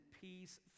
peace